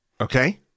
Okay